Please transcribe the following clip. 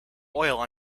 oil